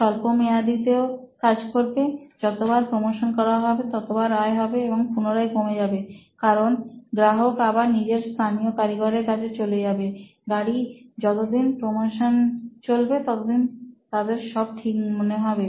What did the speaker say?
স্বল্পমেয়াদীতেও কাজ করবে যতবার প্রমোশন করা হবে ততবার আয় হবে এবং পুনরায় কমে যাবে কারণ গ্রাহক আবার নিজের স্থানীয় কারিগরের কাছে চলে যাবে গাড়ি যতদিন প্রমোশন চলবে ততদিন তাদের সব ঠিক মনে হবে